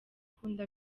akunda